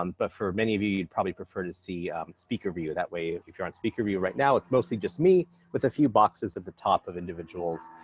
um but for many of you, you'd probably prefer to see speaker view. that way, if if you're on speaker view right now, it's mostly just me with a few boxes at the top of individuals